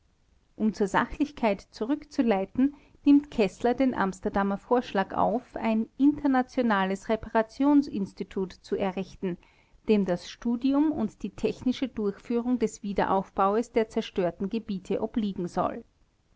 um zur sachlichkeit zurückzuleiten nimmt keßler den amsterdamer vorschlag auf ein internationales reparationsinstitut zu errichten dem das studium und die technische durchführung des wiederaufbaues der zerstörten gebiete obliegen soll